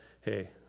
hey